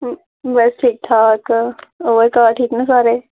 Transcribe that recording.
बस ठीक ठाक होर घर ठीक न सारे